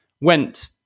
went